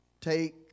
take